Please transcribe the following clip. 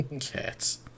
Cats